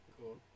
Cool